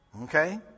Okay